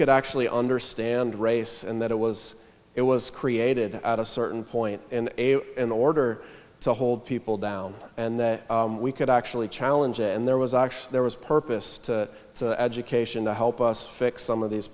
could actually understand race and that it was it was created out a certain point in order to hold people down and that we could actually challenge and there was actually there was purpose to education to help us fix some of these